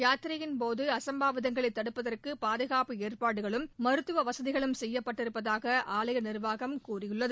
யாத்திரையின் போது அசம்பாவிதங்களை தடுப்பதற்கு பாதுகாப்பு ஏற்பாடுகளும் மருத்துவ வசதிகளும் செய்யப்பட்டிருப்பதாக ஆலய நிர்வாகம் கூறியுள்ளது